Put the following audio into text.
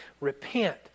Repent